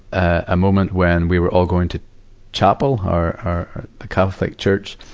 a moment when we were all going to chapel, or or the catholic church.